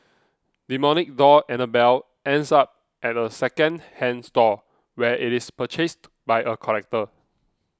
demonic doll Annabelle ends up at a second hand store where it is purchased by a collector